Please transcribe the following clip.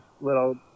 little